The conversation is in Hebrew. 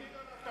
אדוני שר האוצר,